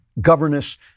governess